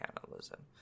cannibalism